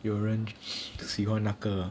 有人喜欢那个